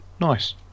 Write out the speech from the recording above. nice